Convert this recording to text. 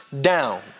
down